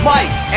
Mike